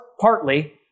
partly